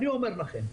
אני אומר לכם,